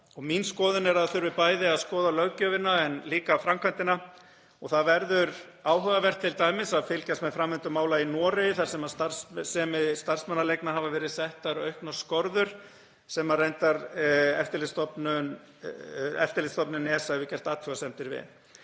Mín skoðun er að það þurfi bæði að skoða löggjöfina en líka framkvæmdina og það verður áhugavert t.d. að fylgjast með framvindu mála í Noregi þar sem starfsemi starfsmannaleigna hafa verið settar auknar skorður, sem reyndar eftirlitsstofnun ESA hefur gert athugasemdir við.